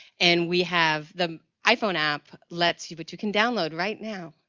and we have, the iphone app let's you, but you can download right now,